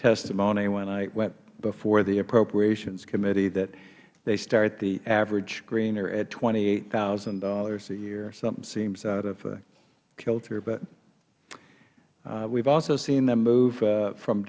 testimony when i went before the appropriations committee that they start the average screener at twenty eight thousand dollars a year something seems out of kilter we have also seen them move from